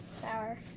sour